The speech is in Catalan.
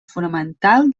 fonamental